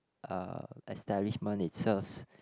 uh establishment it serves